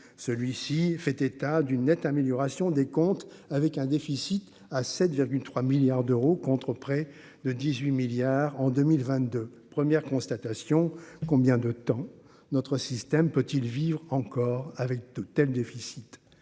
celui-ci fait état d'une nette amélioration des comptes avec un déficit à 7 3 milliards d'euros, contre près de 18 milliards en 2022 premières constatations : combien de temps notre système peut-il vivre encore avec de tels déficits